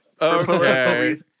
Okay